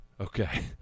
Okay